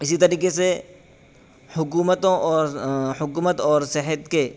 اسی طریقے سے حکومتوں اور حکومت اور صحت کے